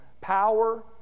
power